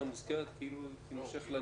לצורך העניין,